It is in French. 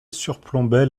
surplombait